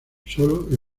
solo